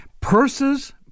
Purses